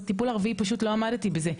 בטיפול הרביעי פשוט לא עמדתי בזה,